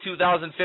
2015